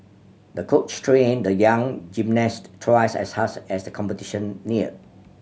the coach trained the young gymnast twice as hard as the competition neared